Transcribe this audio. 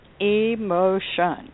Emotion